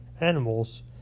animals